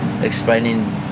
explaining